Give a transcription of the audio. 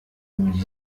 muri